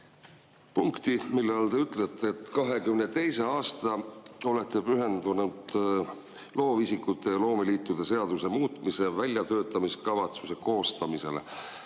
punkti, mille all te ütlete, et olete 2022. aastal pühendunud loovisikute ja loomeliitude seaduse muutmise väljatöötamiskavatsuse koostamisele.